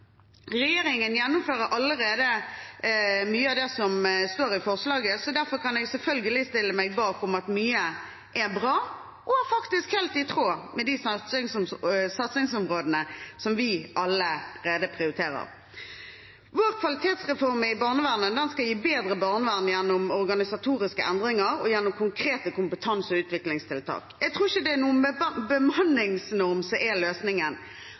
Regjeringen gjennomfører allerede mye av det som står i forslaget, så derfor kan jeg selvfølgelig stille meg bak at mye er bra og faktisk helt i tråd med de satsingsområdene som vi allerede prioriterer. Vår kvalitetsreform i barnevernet skal gi bedre barnevern gjennom organisatoriske endringer og gjennom konkrete kompetanse- og utviklingstiltak. Jeg tror ikke det er en bemanningsnorm som er løsningen,